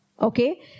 okay